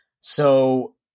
So-